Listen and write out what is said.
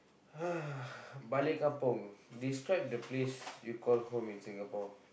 balik kampung describe the place you call home in Singapore